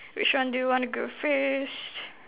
which one do you want to go first